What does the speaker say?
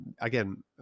again